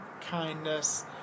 kindness